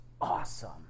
awesome